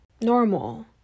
normal